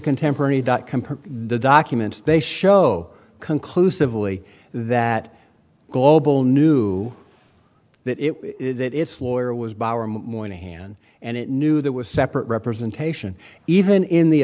contemporary dot com the documents they show conclusively that global knew that it that it's lawyer was by our morning hand and it knew there was separate representation even in the